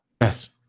Yes